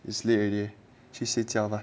is late already 去睡觉 bah